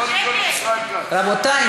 רבותי,